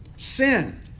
Sin